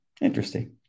Interesting